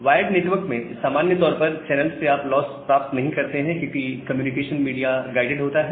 wired network में सामान्य तौर पर चैनल से आप लॉस प्राप्त नहीं करते हैं क्योंकि कम्युनिकेशन मीडिया गाइडेड होता है